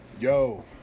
Yo